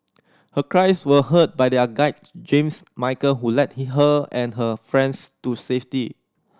her cries were heard by their guide James Michael who led he her and her friends to safety